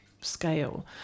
scale